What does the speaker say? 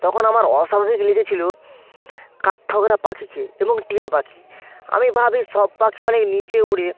তখন আমার অস্বাভাবিক লেগেছিলো কাঠঠোকরা পাখিকে এবং টিয়া পাখি আমি ভাবি সব পাখি অনেক নিচে উড়ে